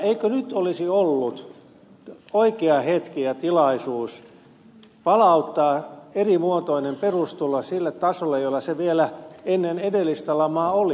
eikö nyt olisi ollut oikea hetki ja tilaisuus palauttaa erimuotoinen perustulo sille tasolle jolla se vielä ennen edellistä lamaa oli